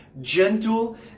gentle